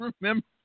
Remember